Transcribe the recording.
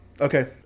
Okay